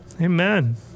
Amen